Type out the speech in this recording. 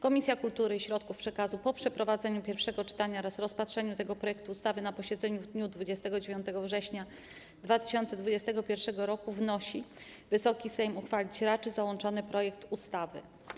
Komisja Kultury i Środków Przekazu po przeprowadzeniu pierwszego czytania oraz rozpatrzeniu tego projekt ustawy na posiedzeniu w dniu 29 września 2021 r. wnosi, aby Wysoki Sejm uchwalić raczył załączony projekt ustawy.